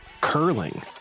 curling